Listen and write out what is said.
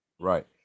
Right